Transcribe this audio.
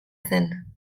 zen